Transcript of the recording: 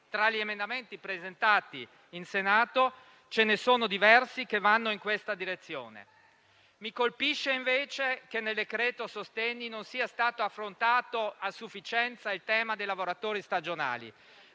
Tra gli emendamenti presentati in Senato ce ne sono diversi che vanno in questa direzione. Mi colpisce, invece, che nel decreto sostegni non sia stato affrontato a sufficienza il tema dei lavoratori stagionali.